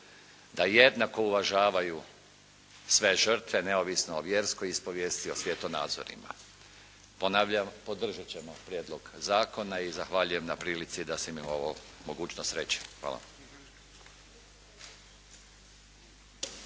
da jednako uvažavaju sve žrtve, neovisno o vjerskoj ispovijesti, o svjetonazorima. Ponavljam, podržat ćemo Prijedlog zakona i zahvaljujem na prilici da sam imao ovo mogućnost reći. Hvala.